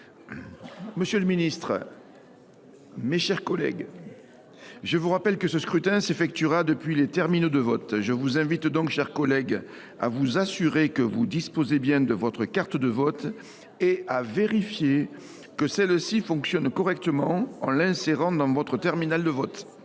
rapport n° 258). Mes chers collègues, je vous rappelle que ce scrutin s’effectuera depuis les terminaux de vote. Je vous invite donc à vous assurer que vous disposez bien de votre carte de vote et à vérifier que celle ci fonctionne correctement en l’insérant dans votre terminal de vote.